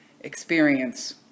experience